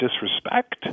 disrespect